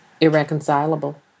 irreconcilable